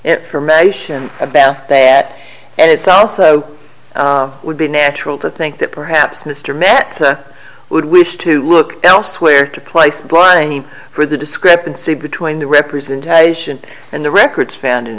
medication about that and it's also would be natural to think that perhaps mr met would wish to look elsewhere to place bunny for the discrepancy between the representation and the records found in